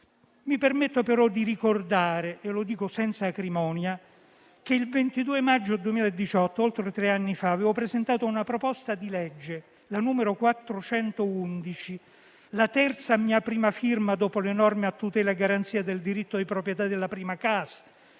Mi permetto però di ricordare - lo dico senza acrimonia - che il 22 maggio 2018 (quindi oltre tre anni fa) avevo presentato la proposta di legge n. 411, la terza a mia prima firma dopo le norme a tutela e garanzia del diritto di proprietà della prima casa